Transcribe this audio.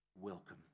welcome